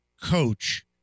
coach